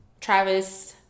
Travis